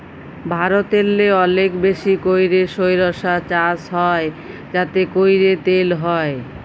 ভারতেল্লে অলেক বেশি ক্যইরে সইরসা চাষ হ্যয় যাতে ক্যইরে তেল হ্যয়